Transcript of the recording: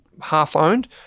half-owned